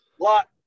lot